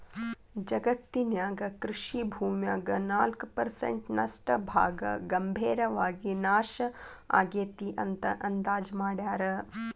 ಜಗತ್ತಿನ್ಯಾಗ ಕೃಷಿ ಭೂಮ್ಯಾಗ ನಾಲ್ಕ್ ಪರ್ಸೆಂಟ್ ನಷ್ಟ ಭಾಗ ಗಂಭೇರವಾಗಿ ನಾಶ ಆಗೇತಿ ಅಂತ ಅಂದಾಜ್ ಮಾಡ್ಯಾರ